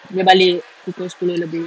dia balik pukul sepuluh lebih